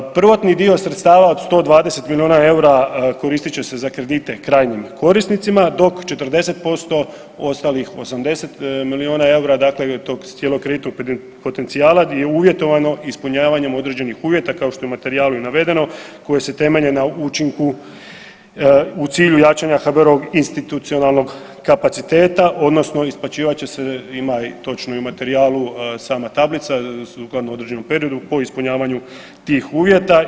Prvotni dio sredstava od 120 milijuna eura koristit će se za kredite krajnjim korisnicima dok 40% ostalih 80 milijuna eura dakle od cijelog kreditnog potencijala je uvjetovano ispunjavanjem određenih uvjeta kao što je u materijalu i navedeno koje se temelje na učinku u cilju jačanja HBOR-ovog institucionalnog kapaciteta odnosno isplaćivat će se ima točnu u materijalu sama tablica sukladno određenom periodu po ispunjavanju tih uvjeta.